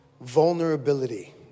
vulnerability